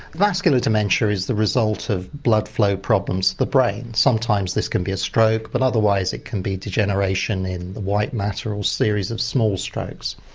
vascular dementia is the result of blood-flow problems to the brain. sometimes this can be a stroke, but otherwise it can be degeneration in the white matter, a series of small strokes.